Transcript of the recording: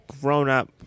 grown-up